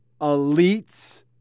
elites